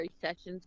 sessions